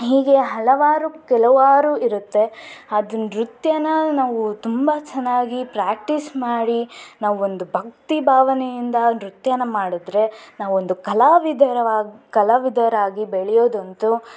ಹೀಗೆ ಹಲವಾರು ಕೆಲವಾರು ಇರುತ್ತೆ ಅದು ನೃತ್ಯನ ನಾವು ತುಂಬ ಚೆನ್ನಾಗಿ ಪ್ರಾಕ್ಟೀಸ್ ಮಾಡಿ ನಾವು ಒಂದು ಭಕ್ತಿ ಭಾವನೆಯಿಂದ ನೃತ್ಯಾನ ಮಾಡಿದರೆ ನಾವು ಒಂದು ಕಲಾವಿದರ ಕಲಾವಿದರಾಗಿ ಬೆಳೆಯೋದಂತೂ